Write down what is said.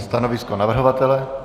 Stanovisko navrhovatele?